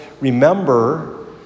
remember